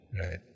Right